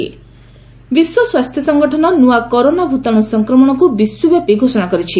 WHO corona ବିଶ୍ୱ ସ୍ପାସ୍ଥ୍ୟ ସଂଗଠନ ନୂଆ କରୋନା ଭୂତାଣୁ ସଂକ୍ରମଣକୁ ବିଶ୍ୱବ୍ୟାପୀ ଘୋଷଣା କରିଛି